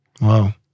Wow